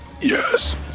Yes